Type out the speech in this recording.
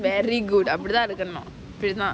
very good அப்பிடி தான் இருக்கனும்:apidi thaan irukanum